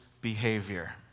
behavior